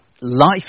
life